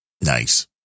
Nice